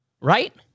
Right